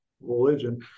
religion